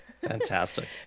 Fantastic